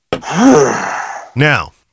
Now